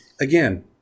Again